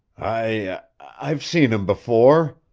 i i've seen him before.